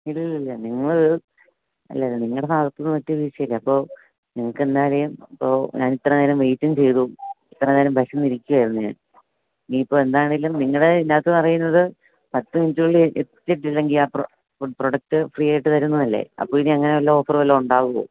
ഇല്ലല്ലല്ല നിങ്ങള് അല്ലല്ല നിങ്ങളുടെ ഭാഗത്തുനിന്ന് പറ്റിയ വീഴ്ചയല്ലേ അപ്പോള് അപ്പോള് ഞാനിത്രയും നേരം വെയ്റ്റും ചെയ്തു ഇത്ര നേരം വിശന്നിരിക്കുകയായിരുന്നു ഞാൻ ഇനി ഇപ്പോള് എന്താണെങ്കിലും നിങ്ങളുടെ ഇതിന്റെയകത്ത് പറയുന്നത് പത്ത് മിനിറ്റിനുള്ളില് എത്തിച്ചിട്ടില്ലെങ്കില് ആ ഫുഡ് പ്രൊഡക്ട് ഫ്രീയായിട്ട് തരുമെന്നല്ലേ അപ്പോള് ഇനി അങ്ങനെ വല്ലതും ഓഫര് വല്ലതുമുണ്ടാകുമോ